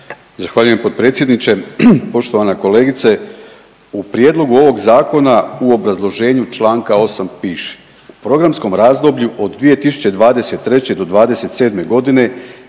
Zahvaljujem potpredsjedniče. Poštovana kolegice, u prijedlogu ovog zakona u obrazloženju članka 8. piše. U programskom razdoblju od 2023. do 2027. godine